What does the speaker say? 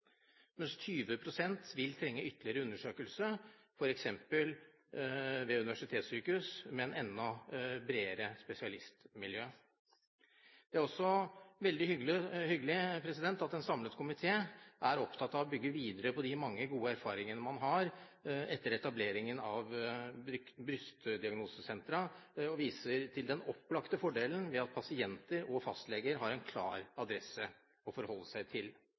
mens 20 pst. vil trenge ytterligere undersøkelse ved f.eks. universitetssykehus med enda bredere spesialistmiljøer. Det er også veldig hyggelig at en samlet komité er opptatt av å bygge videre på de mange gode erfaringene man har etter etableringen av brystdiagnosesentre, og viser til den opplagte fordelen ved at pasienter og fastleger har en klar adresse å forholde seg til.